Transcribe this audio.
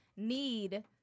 need